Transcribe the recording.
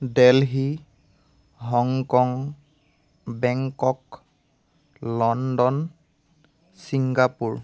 Delhi Hong Kong Bangkok London Singapore